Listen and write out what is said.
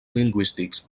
lingüístics